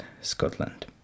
Scotland